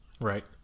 Right